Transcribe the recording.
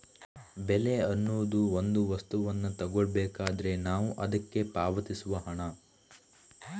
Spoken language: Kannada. ಬೆಲೆ ಅನ್ನುದು ಒಂದು ವಸ್ತುವನ್ನ ತಗೊಳ್ಬೇಕಾದ್ರೆ ನಾವು ಅದ್ಕೆ ಪಾವತಿಸುವ ಹಣ